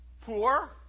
Poor